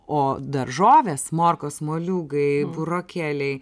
o daržovės morkos moliūgai burokėliai